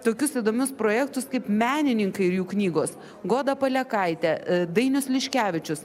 tokius įdomius projektus kaip menininkai ir jų knygos goda palekaitė dainius liškevičius